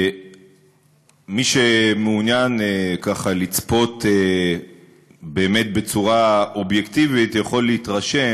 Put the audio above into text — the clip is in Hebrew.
מי שמעוניין לצפות באמת בצורה אובייקטיבית יכול להתרשם.